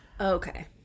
okay